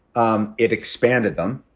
um it expanded them.